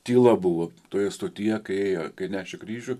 tyla buvo toje stotyje kai ėjo kai nešė kryžių